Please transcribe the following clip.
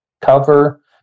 cover